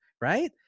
right